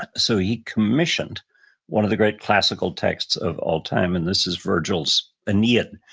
so he commissioned one of the great classical texts of all time. and this is virgil's aeneid,